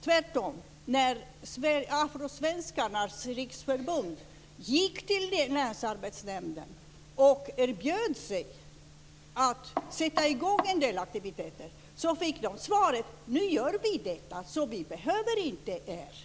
Tvärtom, när Afrosvenskarnas riksförbund gick till Länsarbetsnämnden och erbjöd sig att sätta i gång en del aktiviteter, fick de svaret att det redan görs och att de inte behövs.